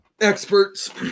Experts